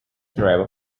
driver